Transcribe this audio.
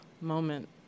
moment